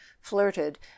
flirted